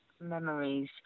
memories